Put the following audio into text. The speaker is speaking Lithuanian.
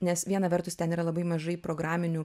nes viena vertus ten yra labai mažai programinių